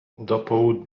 powtórzył